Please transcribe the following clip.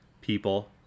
people